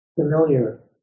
familiar